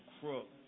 crook